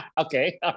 Okay